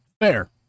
fair